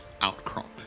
outcrop